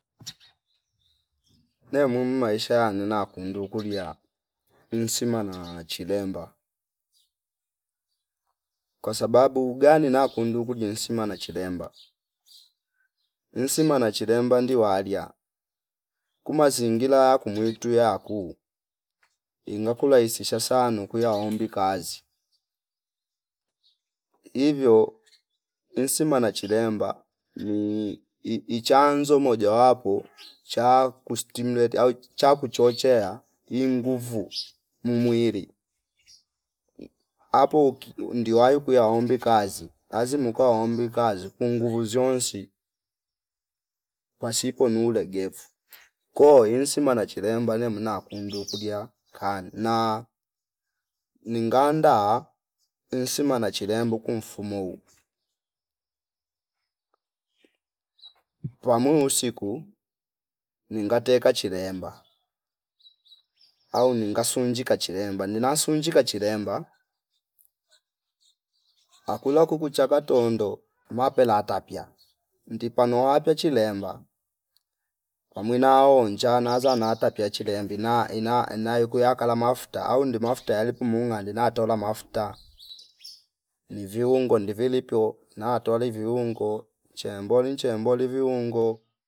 Nemum maisha ane naku ndukulia insima na chilemba kwasababu gani nakundi kujinsima na chilemba insima na chilemba ndiwalia kuma zingira ya kumwitu yaku inga kurahisisha sano kuyaombi kazi ivyo insima na chilemba ni ii- ichanzo moja wapo cha kustimuleti cha kuchochechea inguvu mmwili apo uki ndiwayo kuyaombi kazi azi mukaombi kazi kunguvu zionsi kwasiko nu legevu ko insima na chilemba nemna kundu kulia kani na ninganda insima na chilemba kumfumo uu. Pamuo usiku ninga kte chilemba au ninga sunji kachilemba nina sunji kachilemba akula kuku cha katondo mapela atapia ndi panowape chilemba pamwima oo njanaza na ata pia chilembi na ina- inayokuyaka laka mafuta au ndi mafuta yale pumu ngande natola mafuta ni viungo ndivi lipyo natoli viungo chemboni nchemboni viungo